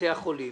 בתי החולים